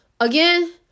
again